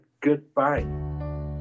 goodbye